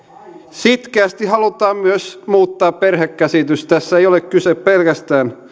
sitkeästi halutaan myös muuttaa perhekäsitys tässä ei ole kyse pelkästään